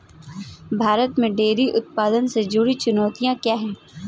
भारत में डेयरी उत्पादन से जुड़ी चुनौतियां क्या हैं?